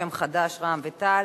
בשם חד"ש ורע"ם-תע"ל.